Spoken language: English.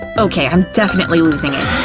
okay, i'm definitely losing it.